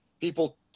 people